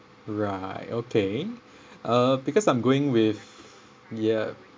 right okay uh because I'm going with you yup